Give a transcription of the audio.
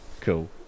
cool